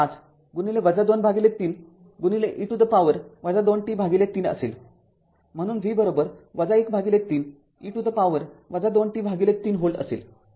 ५ २३ e to the power २t३ असेल म्हणून V १३ e to the power २ t ३ volt असेल